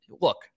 look